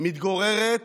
המתגוררת